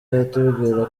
atubwira